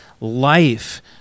life